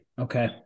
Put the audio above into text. Okay